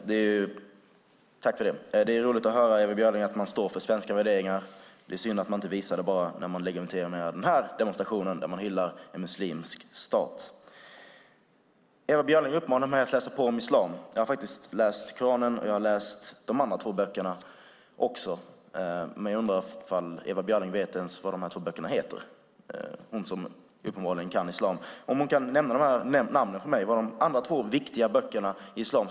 Herr talman! Det är roligt att höra, Ewa Björling, att man står för svenska värderingar. Det är bara synd att man inte visar det när man legitimerar den här demonstrationen, där man hyllade en muslimsk stat. Ewa Björling uppmanade mig att läsa på om islam. Jag har faktiskt läst både Koranen och de andra två böckerna. Jag undrar om Ewa Björling ens vet vad de två böckerna heter. Kan hon, som uppenbarligen kan islam, nämna namnen på de andra två viktiga böckerna i islam?